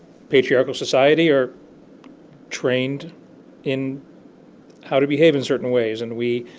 patriarchal society are trained in how to behave in certain ways and we.